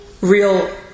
real